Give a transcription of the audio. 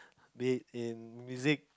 be it in music